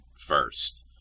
first